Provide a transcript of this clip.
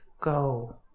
go